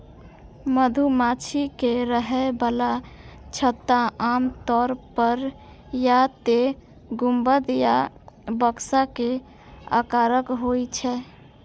मधुमाछी के रहै बला छत्ता आमतौर पर या तें गुंबद या बक्सा के आकारक होइ छै